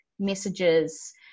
messages